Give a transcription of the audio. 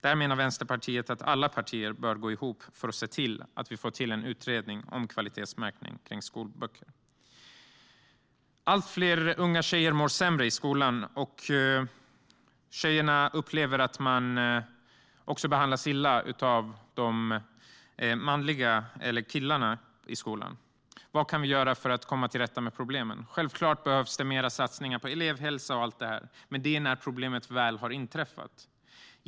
Där menar Vänsterpartiet att alla partier bör gå ihop för att se till att vi får till en utredning om kvalitetsmärkning av skolböcker. Allt fler unga tjejer mår sämre i skolan och upplever att de behandlas illa av killarna i skolan. Vad kan vi göra för att komma till rätta med problemen? Självklart behövs det mer satsningar på elevhälsa, men det är när problemet väl har inträffat.